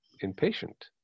impatient